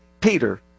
Peter